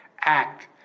act